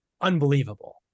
unbelievable